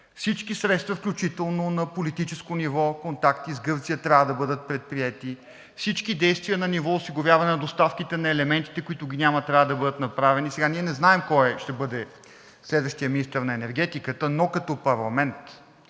Всички средства, включително на политическо ниво, контакти с Гърция – трябва да бъдат предприети. Всички действия на ниво осигуряване на доставките на елементите, които ги няма, трябва да бъдат направени. Ние не знаем кой ще бъде следващият министър на енергетиката, но като парламент